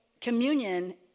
communion